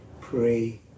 pray